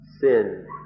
sin